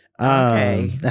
okay